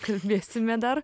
kalbėsime dar